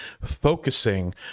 focusing